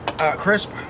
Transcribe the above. Crisp